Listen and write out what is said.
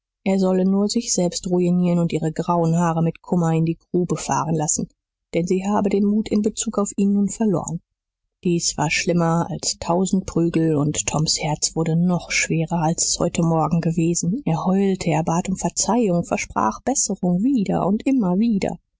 er solle nur sich selbst ruinieren und ihre grauen haare mit kummer in die grube fahren lassen denn sie habe den mut in bezug auf ihn nun verloren dies war schlimmer als tausend prügel und toms herz wurde noch schwerer als es heute morgen gewesen er heulte er bat um verzeihung versprach besserung wieder und immer wieder